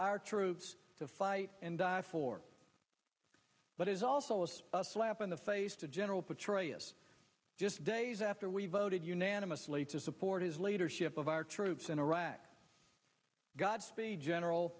our troops to fight and die for but is also less of a slap in the face to general petraeus just days after we voted unanimously to support his leadership of our troops in iraq godspeed general